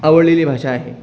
आवडलेली भाषा आहे